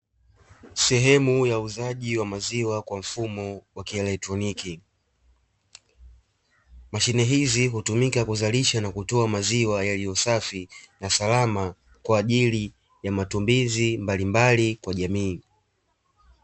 Sehemu ya uuzaji wa maziwa kwa mfumo wa kieletroniki. Mashine hizi hutumika kuzalisha na kutoa maziwa yaliyo safi na salama, kwa ajili ya matumizi mbalimbali kwa jamii.